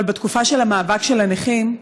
אבל בתקופה של המאבק של הנכים,